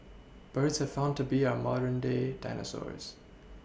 birds have found to be our modern day dinosaurs